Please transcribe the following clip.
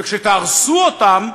וכשתהרסו אותם,